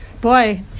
boy